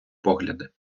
погляди